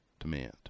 Demand